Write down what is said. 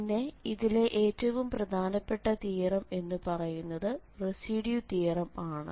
പിന്നെ ഇതിലെ ഏറ്റവും പ്രധാനപ്പെട്ട തിയറം എന്നു പറയുന്നത് റെസിഡ്യൂ തിയറംആണ്